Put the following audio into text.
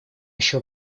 еще